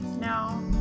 No